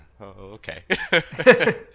okay